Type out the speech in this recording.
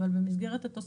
אבל במסגרת התוספת,